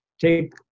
take